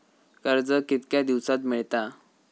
कर्ज कितक्या दिवसात मेळता?